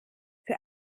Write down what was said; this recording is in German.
für